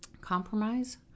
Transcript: compromise